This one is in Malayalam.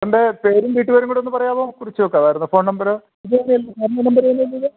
സാറിൻ്റെ പേരും വീട്ടുപേരും കൂടെ ഒന്ന് പറയാമോ കുറിച്ചു വയ്ക്കാമായിരുന്നു ഫോൺ നമ്പര് ഇത് തന്നെയല്ലേ സാറിൻ്റെ നമ്പര് തന്നെയല്ലേ ഇത്